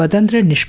but hundred and